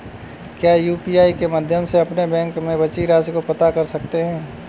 क्या यू.पी.आई के माध्यम से अपने बैंक में बची राशि को पता कर सकते हैं?